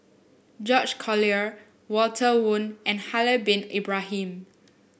George Collyer Walter Woon and Haslir Bin Ibrahim